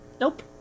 Nope